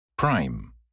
Prime